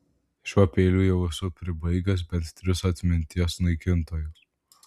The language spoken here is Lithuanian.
šiuo peiliu jau esu pribaigęs bent tris atminties naikintojus